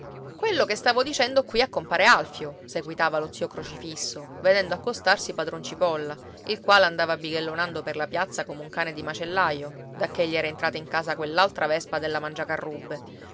quello che stavo dicendo qui a compare alfio seguitava lo zio crocifisso vedendo accostarsi padron cipolla il quale andava bighellonando per la piazza come un cane di macellaio dacché gli era entrata in casa quell'altra vespa della mangiacarrubbe